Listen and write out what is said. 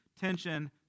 tension